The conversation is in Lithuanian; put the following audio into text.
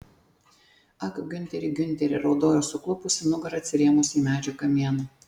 ak giunteri giunteri raudojau suklupusi nugara atsirėmusi į medžio kamieną